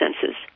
senses